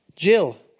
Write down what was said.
Jill